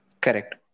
Correct